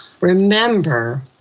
Remember